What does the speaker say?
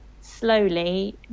slowly